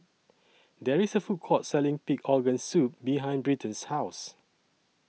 There IS A Food Court Selling Pig Organ Soup behind Britton's House